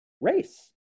race